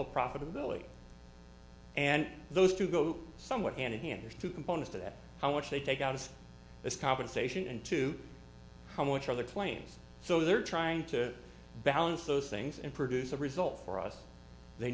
of profitability and those two go somewhat hand in hand there's two components to that how much they take out of this compensation and to how much other claims so they're trying to balance those things and produce a result for us they